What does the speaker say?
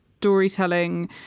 storytelling